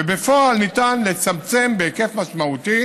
ובפועל ניתן לצמצם בהיקף משמעותי